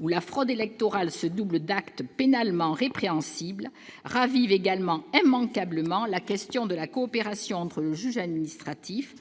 où la fraude électorale se double d'actes pénalement répréhensibles, ravive également immanquablement la question de la coopération entre le juge administratif,